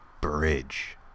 bridge